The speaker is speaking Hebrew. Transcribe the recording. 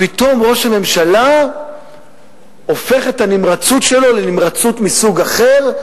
פתאום ראש הממשלה הופך את הנמרצות שלו לנמרצות מסוג אחר,